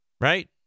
right